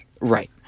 Right